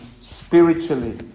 spiritually